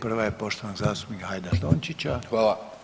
Prva je poštovanog zastupnika Hajdaš Dončića.